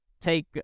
take